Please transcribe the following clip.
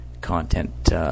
content –